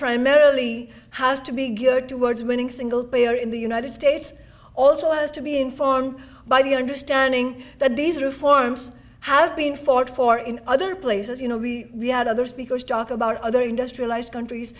primarily has to be geared towards winning single payer in the united states also has to be informed by the understanding that these reforms have been fought for in other places you know we had other speakers talk about other industrialized countries